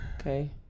Okay